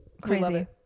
crazy